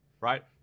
right